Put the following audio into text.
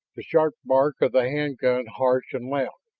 the sharp bark of the hand gun harsh and loud.